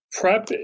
PrEP